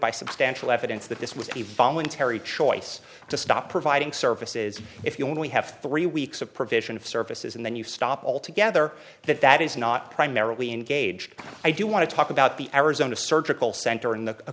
by substantial evidence that this was a voluntary choice to stop providing services if you only have three weeks of provision of services and then you stop altogether that that is not primarily engaged i do want to talk about the arizona surgical cent